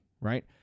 right